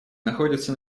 находится